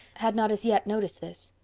had not as yet noticed this.